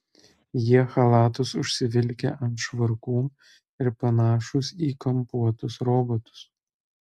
jie chalatus užsivilkę ant švarkų ir panašūs į kampuotus robotus